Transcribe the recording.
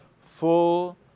full